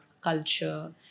culture